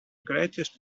greatest